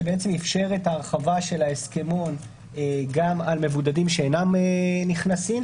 שאפשר את ההרחבה של ההסכמון גם על מבודדים שאינם נכנסים,